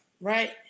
right